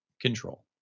control